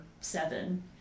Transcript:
seven